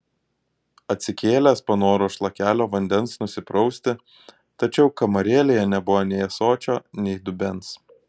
atsikėlęs panoro šlakelio vandens nusiprausti tačiau kamarėlėje nebuvo nei ąsočio nei dubens